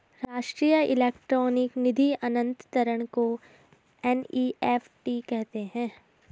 राष्ट्रीय इलेक्ट्रॉनिक निधि अनंतरण को एन.ई.एफ.टी कहते हैं